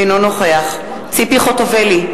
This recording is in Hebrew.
אינו נוכח ציפי חוטובלי,